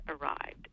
arrived